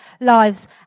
lives